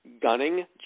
gunning